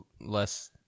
less